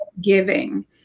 giving